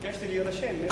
ביקשתי להירשם.